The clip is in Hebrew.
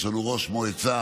יש לנו ראש מועצה,